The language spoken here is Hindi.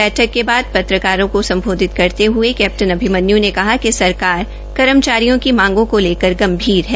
बैठक के बाद पत्रकारों को सम्बोधित करते हये कैप्टन अभिमन्यू ने कहा कि सरकार कर्मचारियों की मांगों को लेकर गंभीर है